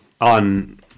on